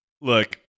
look